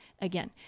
again